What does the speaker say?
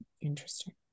Interesting